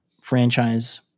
franchise